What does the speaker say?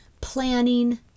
Planning